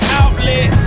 outlet